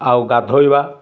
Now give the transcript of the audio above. ଆଉ ଗାଧୋଇବା